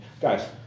Guys